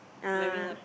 ah